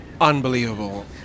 Unbelievable